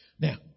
Now